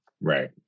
Right